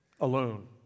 alone